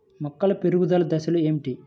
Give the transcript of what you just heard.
మొక్కల పెరుగుదల దశలు ఏమిటి?